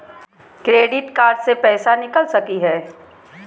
Credit card से पैसा निकल सकी हय?